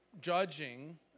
judging